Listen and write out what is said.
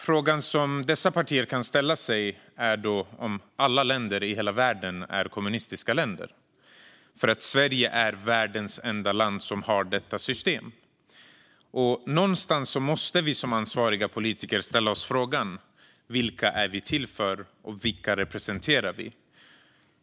Frågan dessa partier kan ställa sig är om alla andra länder i hela världen är kommunistiska. Sverige är nämligen världens enda land som har detta system. Vi måste som ansvariga politiker ställa oss frågan vilka vi är till för och vilka vi representerar.